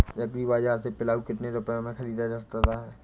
Agree बाजार से पिलाऊ कितनी रुपये में ख़रीदा जा सकता है?